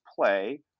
play